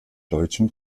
deutschen